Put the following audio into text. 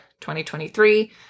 2023